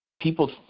people